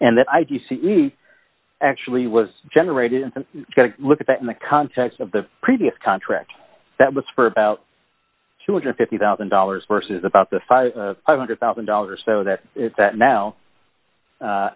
and that i do you see actually was generated and i'm going to look at that in the context of the previous contract that was for about two hundred and fifty thousand dollars versus about the five hundred thousand dollars or so that is that now a